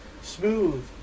smooth